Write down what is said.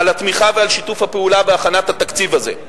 על התמיכה ועל שיתוף הפעולה בהכנת התקציב הזה.